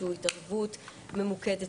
שהוא התערבות ממוקדת,